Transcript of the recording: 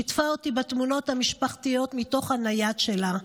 שיתפה אותי בתמונות המשפחתיות מתוך הנייד שלה,